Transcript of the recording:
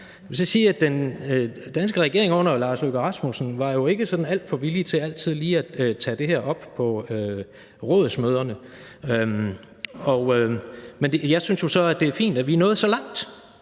Jeg vil så sige, at den danske regering under Lars Løkke Rasmussen jo ikke var alt for villig til altid lige at tage det her op på rådsmøderne, men jeg synes jo så, at det er fint, at vi er nået så langt,